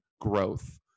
growth